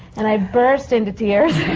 and i burst into tears.